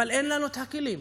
אבל אין לנו את הכלים.